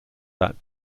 that